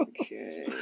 Okay